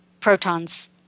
protons